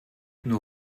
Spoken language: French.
nous